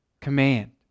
command